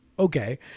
Okay